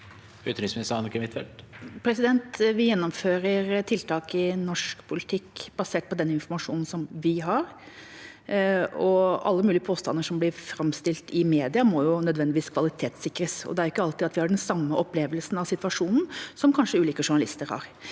Vi gjennomfører tiltak i norsk politikk basert på den informasjonen vi har, og alle mulige påstander som blir framstilt i mediene, må nødvendigvis kvalitetssikres. Det er ikke alltid at vi har den samme opplevelsen av situasjonen som ulike journalister